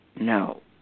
No